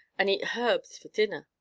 and eat herbs for dinner,